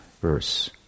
verse